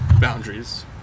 boundaries